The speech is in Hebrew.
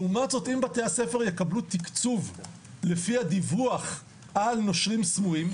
לעומת זאת אם בתי-הספר יקבלו תקצוב לפי הדיווח על נושרים סמויים,